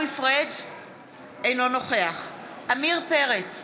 אינו נוכח עמיר פרץ,